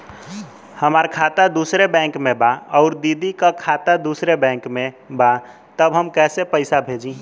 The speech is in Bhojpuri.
हमार खाता दूसरे बैंक में बा अउर दीदी का खाता दूसरे बैंक में बा तब हम कैसे पैसा भेजी?